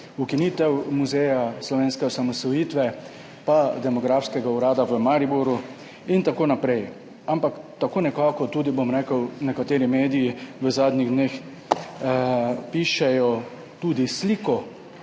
ukinitev Muzeja slovenske osamosvojitve pa demografskega urada v Mariboru in tako naprej. Ampak tako nekako tudi nekateri mediji v zadnjih dneh pišejo, tudi sliko